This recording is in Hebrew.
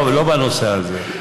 לא בנושא הזה,